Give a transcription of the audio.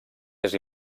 més